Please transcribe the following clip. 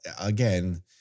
again